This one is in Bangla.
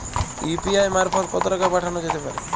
ইউ.পি.আই মারফত কত টাকা পাঠানো যেতে পারে?